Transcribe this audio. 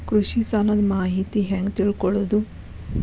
ಕೃಷಿ ಸಾಲದ ಮಾಹಿತಿ ಹೆಂಗ್ ತಿಳ್ಕೊಳ್ಳೋದು?